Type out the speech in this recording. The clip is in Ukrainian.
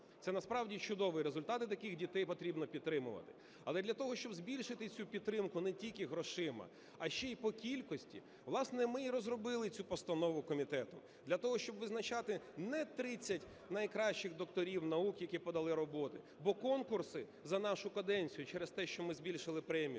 Це насправді чудові результати, таких дітей потрібно підтримувати. Але для того, щоб збільшити цю підтримку не тільки грошима, а ще й по кількості, власне, ми і розробили цю постанову комітету. Для того, щоб визначати не 30 найкращих докторів наук, які подали роботи, бо конкурси за нашу каденцію через те, що ми збільшили премію,